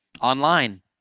online